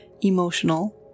emotional